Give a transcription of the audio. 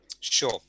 Sure